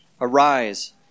Arise